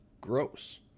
gross